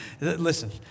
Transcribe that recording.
Listen